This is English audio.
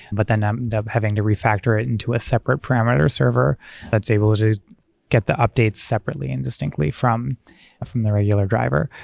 but then um and having to refactor it into a separate parameter server that's able to get the updates separately and distinctly from from the regular driver.